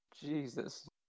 Jesus